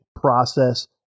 Process